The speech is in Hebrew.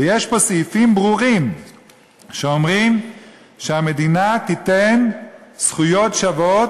ויש פה סעיפים ברורים שאומרים שהמדינה תיתן זכויות שוות.